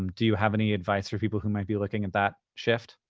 um do you have any advice for people who might be looking at that shift?